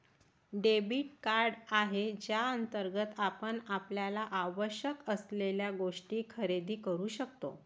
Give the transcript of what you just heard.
debit card आहे ज्याअंतर्गत आपण आपल्याला आवश्यक असलेल्या गोष्टी खरेदी करू शकतो